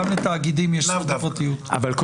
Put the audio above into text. לאו דווקא.